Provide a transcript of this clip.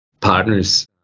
partners